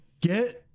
get